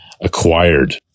Acquired